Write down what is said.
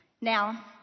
Now